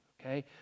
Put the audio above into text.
Okay